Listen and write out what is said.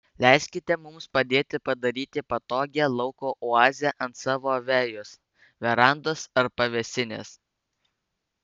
leiskite mums padėti padaryti patogią lauko oazę ant savo vejos verandos ar pavėsinės